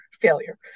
failure